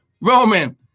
roman